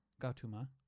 Gautama